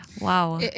Wow